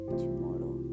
tomorrow